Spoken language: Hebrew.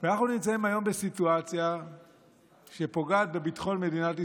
אנחנו נמצאים היום בסיטואציה שפוגעת בביטחון מדינת ישראל.